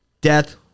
death